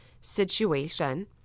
situation